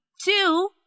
two